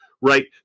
right